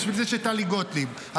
לא,